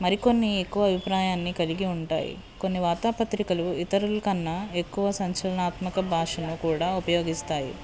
మరికొన్ని ఎక్కువ అభిప్రాయాన్ని కలిగి ఉంటాయి కొన్ని వార్తాపత్రికలు ఇతరుల కన్నా ఎక్కువ సంచలనాత్మక భాషను కూడా ఉపయోగిస్తాయి